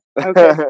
Okay